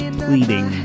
pleading